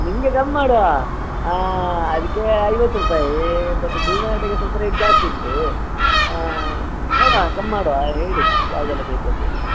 ನಿಮಗೆ ಕಮ್ಮಿ ಮಾಡುವ ಅದ್ಕೆ ಐವತ್ತು ರೂಪಾಯಿ ಮತ್ತು ಸುರ್ಣಗೆಡ್ಡೆಗೆ ರೇಟ್ ಸ್ವಲ್ಪ ಜಾಸ್ತಿ ಉಂಟು ನೋಡುವ ಕಮ್ಮಿ ಮಾಡುವ ಹೇಳಿ ಯಾವುದೆಲ್ಲ ಬೇಕು ಅಂತೇಳಿ